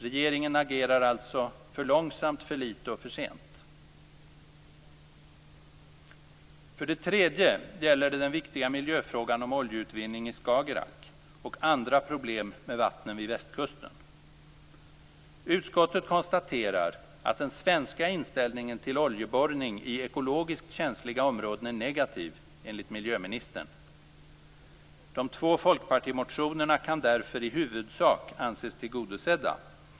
Regeringen agerar alltså för långsamt, för litet och för sent. För det tredje gäller det den viktiga miljöfrågan om oljeutvinning i Skagerrak och andra problem med vattnen vid västkusten. Utskottet konstaterar att den svenska inställningen till oljeborrning i ekologiskt känsliga områden enligt miljöministern är negativ. De två folkpartimotionerna kan därför i huvudsak anses tillgodosedda.